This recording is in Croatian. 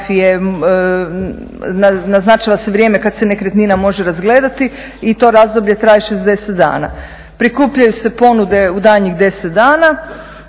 i to razdoblje traje 60 dana. Prikupljaju se ponude u daljnjih 10 dana.